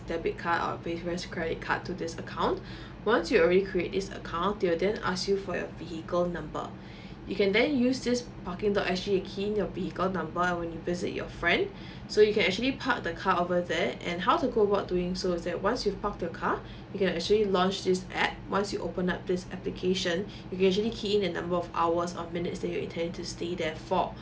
debit card or previous credit card to this account once you already create this account there will then ask you for your vehicle number you can then use this parking dot S G and key in your vehicle number and when you visit your friend so you can actually park the car over there and how to go about doing so is that once you park your car you can actually launch this app once you open up this application you can actually key in the number of hours of minutes that you intend to stay there for